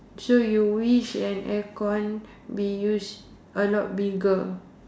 so you wish an aircon be used a lot bigger